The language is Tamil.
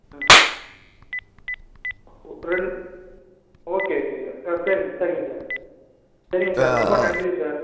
ம் ரெண் ஓகே சரிங்க சரிங்க சார் சரிங்க சார் ரொம்ப நன்றி சார்